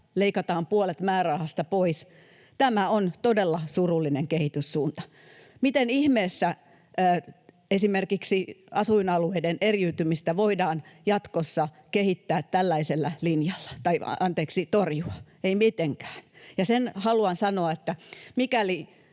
leikataan puolet määrärahasta pois — tämä on todella surullinen kehityssuunta. Miten ihmeessä esimerkiksi asuinalueiden eriytymistä voidaan jatkossa torjua tällaisella linjalla? Ei mitenkään. Ja sen haluan sanoa, että mikäli